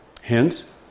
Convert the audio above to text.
Hence